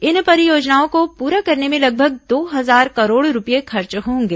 इन परियोजनाओं को पूरा करने में लगभग दो हजार करोड़ रूपए खर्च होंगे